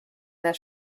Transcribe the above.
this